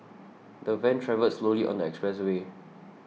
the van travelled slowly on the expressway